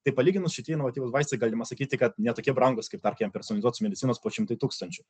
tai palyginus šiti inovatyvūs vaistai galima sakyti kad ne tokie brangūs kaip tarkim personalizuotos medicinos po šimtai tūkstančių